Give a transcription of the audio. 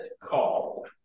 call